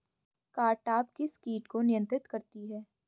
Cartap किस किट को नियंत्रित करती है?